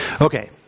Okay